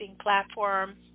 platform